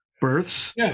births